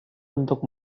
untuk